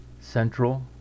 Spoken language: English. central